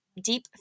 deep